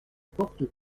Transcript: porte